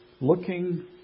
looking